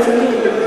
איך?